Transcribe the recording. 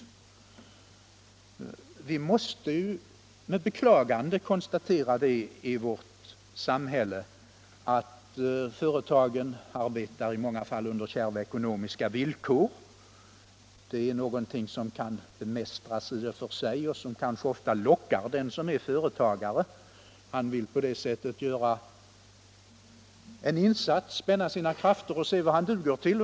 Vi måste med beklagande konstatera att företagen i vårt samhälle i många fall arbetar under kärva ekonomiska villkor. Det är någonting som kan bemästras i och för sig och som kanske ofta lockar den som är företagare. Han vill göra en insats, spänna sina krafter och se vad han duger till.